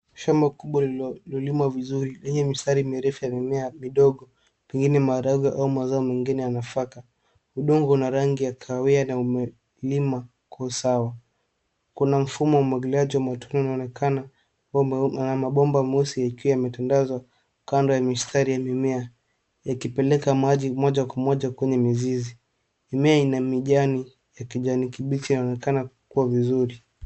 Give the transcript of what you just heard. Shamba kubwa lililolimwa vizuri lenye mistari mirefu a mimea midogo pengine maharagwe ama amazao mengine a nafaka. Udongo una rangi ya kahawia na umelimwa kwa usawa. Kuna mfumo wa umwagiliaji wa matone unaonekana, mabomba meusi yakiwa yametandazwa kando ya mistari ya mimea yakipeleka maji moja kwa moja kwenye mizizi. Mimea ina mijani ya kijani kibichi na inaonekana kujua vizuri.